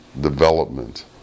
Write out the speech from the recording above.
development